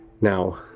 now